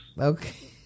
Okay